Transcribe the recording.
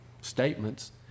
statements